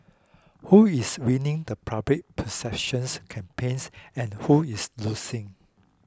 who is winning the public perceptions campaigns and who is losing